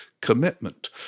commitment